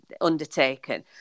undertaken